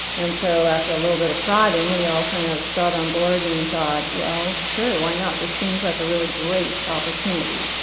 and so, after a little bit of prodding, we all kind of got on board and thought, well, sure, why not? this seems like a really great opportunity.